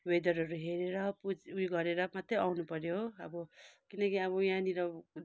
वेदरहरू हेरेर पुज उयो गरेर मात्रै आउनु पर्यो हो अब किनकि अब यहाँनिर